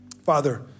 Father